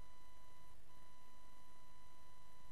זו